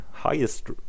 highest